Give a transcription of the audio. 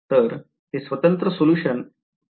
तर ते स्वतंत्र सोल्युशन आणि